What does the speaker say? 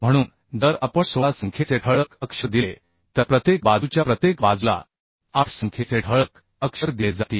म्हणून जर आपण 16 संख्येचे ठळक अक्षर दिले तर प्रत्येक बाजूच्या प्रत्येक बाजूला 8 संख्येचे ठळक अक्षर दिले जातील